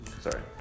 Sorry